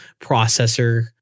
processor